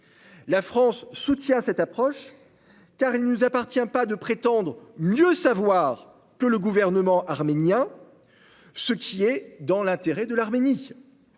La France soutient cette approche, car il ne lui appartient pas de prétendre mieux savoir que le gouvernement arménien ce qui est dans l'intérêt de l'Arménie.